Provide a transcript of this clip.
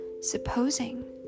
Supposing